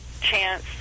chance